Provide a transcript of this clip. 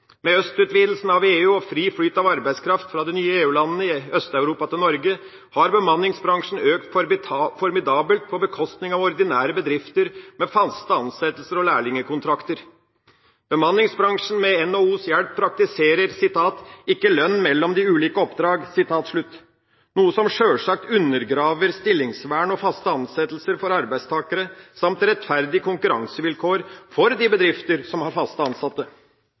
Med østutvidelsen av EU og fri flyt av arbeidskraft fra de nye EU-landene i Øst-Europa til Norge, har bemanningsbransjen økt formidabelt på bekostning av ordinære bedrifter med faste ansettelser og lærlingkontrakter. Bemanningsbransjen, med NHOs hjelp, praktiserer ikke lønn mellom de ulike oppdrag, noe som sjølsagt undergraver stillingsvern og faste ansettelser for arbeidstakere samt rettferdige konkurransevilkår for de bedrifter som har fast ansatte.